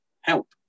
help